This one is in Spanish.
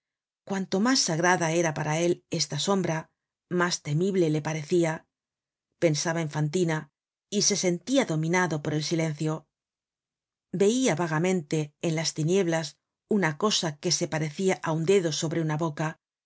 cuanto mas sagrada era para él esta sombra mas temible le parecia pensaba en fantina y se sentia dominado por el silencio veia vagamente en las tinieblas una cosa que se parecia á un dedo sobre una boca